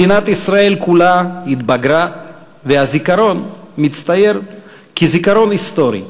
מדינת ישראל כולה התבגרה והזיכרון מצטייר כזיכרון היסטורי.